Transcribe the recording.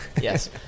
yes